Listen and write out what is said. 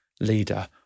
leader